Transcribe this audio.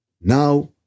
Now